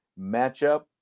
matchup